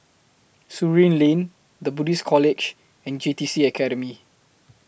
Surin Lane The Buddhist College and J T C Academy